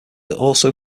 also